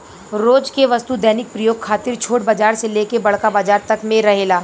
रोज के वस्तु दैनिक प्रयोग खातिर छोट बाजार से लेके बड़का बाजार तक में रहेला